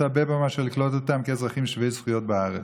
אבבה מאשר לקלוט אותם כאזרחים שווי זכויות בארץ,